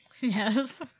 Yes